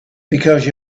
because